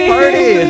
Party